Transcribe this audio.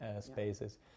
spaces